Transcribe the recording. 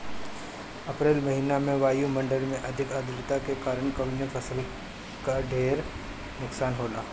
अप्रैल महिना में वायु मंडल में अधिक आद्रता के कारण कवने फसल क ढेर नुकसान होला?